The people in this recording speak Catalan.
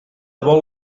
vol